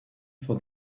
for